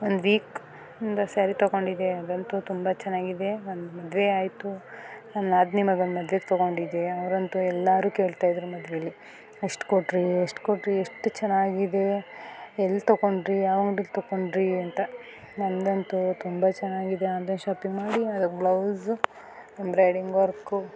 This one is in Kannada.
ಒಂದು ವೀಕ್ ಹಿಂದೆ ಸ್ಯಾರಿ ತಗೊಂಡಿದ್ದೆ ಅದಂತೂ ತುಂಬ ಚೆನ್ನಾಗಿದೆ ಒಂದು ಮದುವೆ ಆಯಿತು ನನ್ನ ನಾದಿನಿ ಮಗನ ಮದ್ವೆಗೆ ತಗೊಂಡಿದ್ದೆ ಅವ್ರಂತೂ ಎಲ್ಲರೂ ಕೇಳ್ತಾಯಿದ್ದರು ಮದುವೇಲಿ ಎಷ್ಟು ಕೊಟ್ಟಿರಿ ಎಷ್ಟು ಕೊಟ್ಟಿರಿ ಎಷ್ಟು ಚೆನ್ನಾಗಿದೆ ಎಲ್ಲಿ ತಗೊಂಡ್ರಿ ಯಾವ ಅಂಗ್ಡಿಯಲ್ಲಿ ತಗೊಂಡ್ರಿ ಅಂತ ನಂದಂತೂ ತುಂಬ ಚೆನ್ನಾಗಿದೆ ಆನ್ಲೈನ್ ಶಾಪಿಂಗ್ ಮಾಡಿ ಬ್ಲೌಸು ಎಂಬ್ರಾಯ್ಡಿಂಗ್ ವರ್ಕು